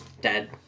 Dead